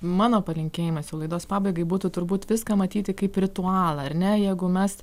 mano palinkėjimas jau laidos pabaigai būtų turbūt viską matyti kaip ritualą ar ne jeigu mes